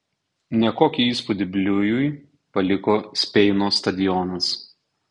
nekokį įspūdį bliujui paliko speino stadionas